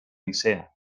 nicea